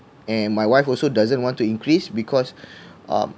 and my wife also doesn't want to increase because uh